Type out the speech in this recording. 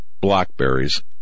Blackberries